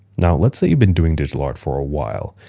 now, let's say you've been doing digital art for a while.